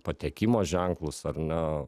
patekimo ženklus ar ne